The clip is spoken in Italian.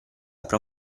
apre